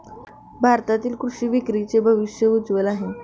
भारतातील कृषी विक्रीचे भविष्य उज्ज्वल आहे